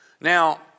Now